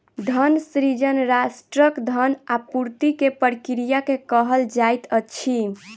धन सृजन राष्ट्रक धन आपूर्ति के प्रक्रिया के कहल जाइत अछि